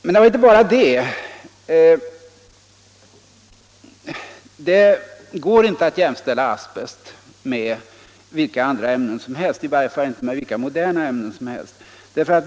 Men jag vill också framhålla att det inte går att jämställa asbest med vilka andra ämnen som helst, i varje fall inte med vilka moderna ämnen som helst.